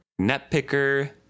Netpicker